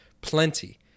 plenty